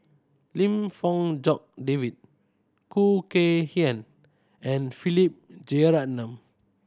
Lim Fong Jock David Khoo Kay Hian and Philip Jeyaretnam